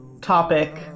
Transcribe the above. topic